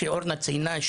שאורנה ציינה,